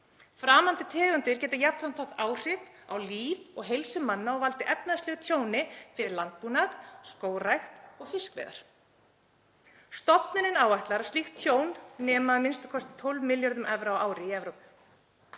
Framandi tegundir geti jafnframt haft áhrif á líf og heilsu manna og valdið efnahagslegu tjóni fyrir landbúnað, skógrækt og fiskveiðar. Stofnunin áætlar að slíkt tjón nemi a.m.k. 12 milljörðum evra á ári í Evrópu.